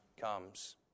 comes